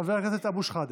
חבר הכנסת אבו שחאדה,